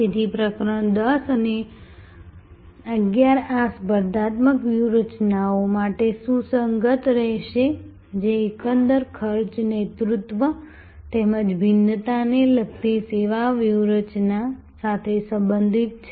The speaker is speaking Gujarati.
તેથી પ્રકરણ 10 અને 11 આ સ્પર્ધાત્મક વ્યૂહરચનાઓ માટે સુસંગત રહેશે જે એકંદર ખર્ચ નેતૃત્વ તેમજ ભિન્નતાને લગતી સેવા વ્યૂહરચના સાથે સંબંધિત છે